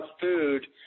food